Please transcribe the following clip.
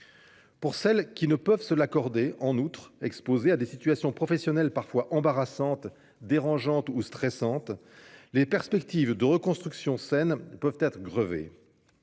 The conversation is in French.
Pour celles qui ne peuvent s'accorder un tel arrêt et qui sont, en outre, exposées à des situations professionnelles parfois embarrassantes, dérangeantes ou stressantes, les perspectives de reconstruction saine peuvent être grevées.